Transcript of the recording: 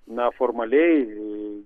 na formaliai